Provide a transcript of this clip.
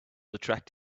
attract